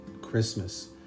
Christmas